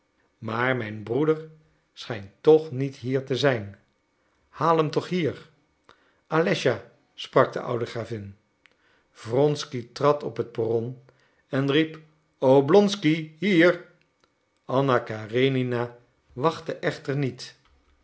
maar mijn broeder schijnt toch niet hier te zijn haal hem toch hier alëscha sprak de oude gravin wronsky trad op het perron en riep oblonsky hier anna karenina wachtte echter niet